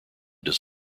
does